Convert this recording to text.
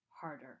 harder